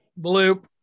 Bloop